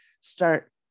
start